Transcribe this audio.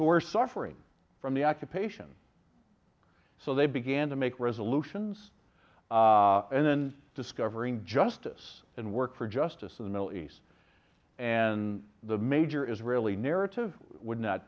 who are suffering from the occupation so they began to make resolutions and then discovering justice and work for justice in the middle east and the major israeli narrative would not